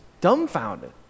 dumbfounded